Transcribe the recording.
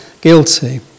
guilty